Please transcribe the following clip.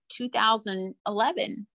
2011